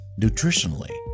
Nutritionally